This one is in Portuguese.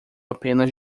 apenas